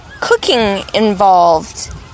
cooking-involved